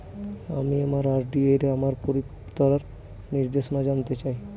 আমি আমার আর.ডি এর আমার পরিপক্কতার নির্দেশনা জানতে চাই